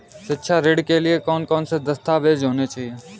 शिक्षा ऋण के लिए कौन कौन से दस्तावेज होने चाहिए?